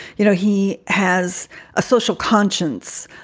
you know, he has a social conscience,